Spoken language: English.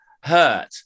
hurt